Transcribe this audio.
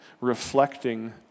reflecting